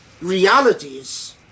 realities